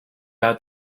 about